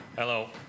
Hello